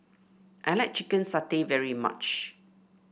I like Chicken Satay very much